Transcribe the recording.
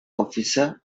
އޮފިސަރ